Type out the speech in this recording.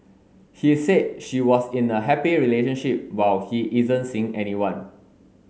he said she was in a happy relationship while he isn't seeing anyone